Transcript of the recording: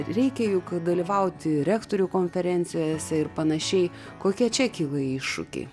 reikia juk dalyvauti rektorių konferencijose ir panašiai kokie čia kyla iššūkiai